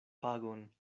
pagon